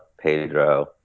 Pedro